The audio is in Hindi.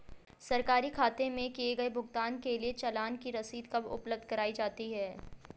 सरकारी खाते में किए गए भुगतान के लिए चालान की रसीद कब उपलब्ध कराईं जाती हैं?